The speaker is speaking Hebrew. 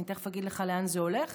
אני תכף אגיד לך לאן זה הולך,